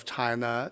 China